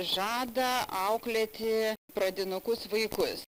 žada auklėti pradinukus vaikus